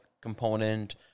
component